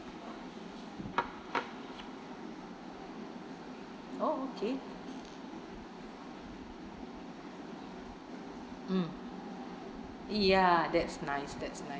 oh okay mm ya that's nice that's nice